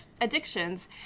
addictions